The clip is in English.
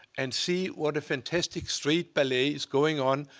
and see what a fantastic street ballet is going on,